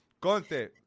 Conte